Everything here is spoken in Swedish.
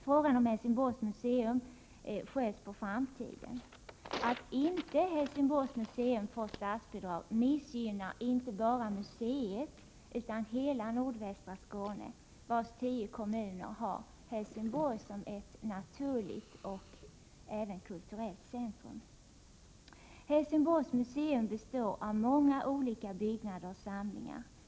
Frågan om Helsingborgs museum sköts på framtiden. Att inte Helsingborgs museum får statsbidrag missgynnar inte bara museet utan hela nordvästra Skåne, vars 10 kommuner har Helsingborg som ett naturligt kulturellt centrum. Helsingborgs museum består av många olika byggnader och samlingar.